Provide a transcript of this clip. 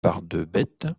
barbedette